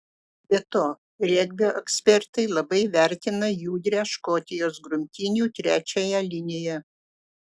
be to regbio ekspertai labai vertina judrią škotijos grumtynių trečiąją liniją